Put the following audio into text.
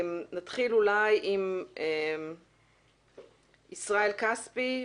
נתחיל עם ישראל כספי,